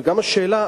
וגם השאלה,